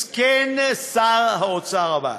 מסכן שר האוצר הבא.